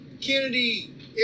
Kennedy